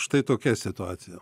štai tokia situacija